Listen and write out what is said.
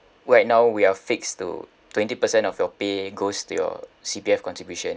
right now we are fixed to twenty percent of your pay goes to your C_P_F contribution